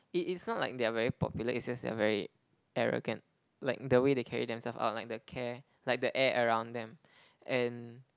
it is not like they are very popular it's just that they are very arrogant like the way they carry themselves out like the care like the air around them and